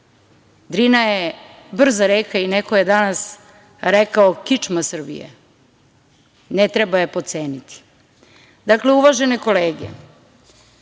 Drina je brza reka i neko je danas rekao - kičma Srbije. Ne treba je potceniti. Dakle, uvažene kolege,